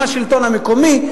עם השלטון המקומי,